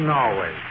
Norway